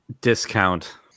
Discount